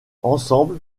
ensemble